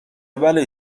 بلایی